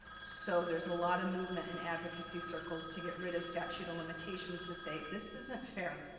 so, there's a lot of movement and advocacy circles to get rid of statute of limitations to say, this isn't fair,